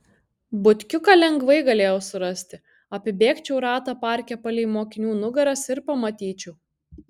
butkiuką lengvai galėjau surasti apibėgčiau ratą parke palei mokinių nugaras ir pamatyčiau